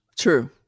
True